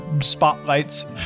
spotlights